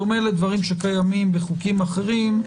בדומה לדברים שקיימים בחוקים אחרים,